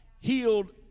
healed